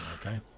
Okay